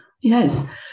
Yes